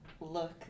look